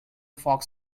fox